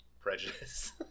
prejudice